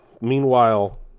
Meanwhile